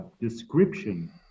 description